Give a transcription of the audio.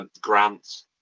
grants